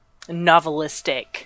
novelistic